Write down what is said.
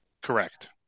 Correct